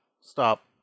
stop